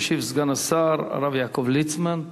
ישיב סגן השר הרב יעקב ליצמן.